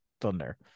Thunder